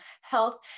health